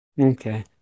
Okay